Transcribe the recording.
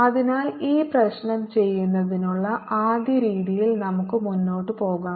അതിനാൽ ഈ പ്രശ്നം ചെയ്യുന്നതിനുള്ള ആദ്യ രീതിയിൽ നമുക്ക് മുന്നോട്ട് പോകാം